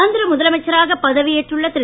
ஆந்திர முதலமைச்சராக பதவியேற்றுள்ள திரு